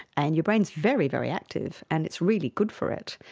and your brain is very, very active and it's really good for it.